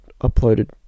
uploaded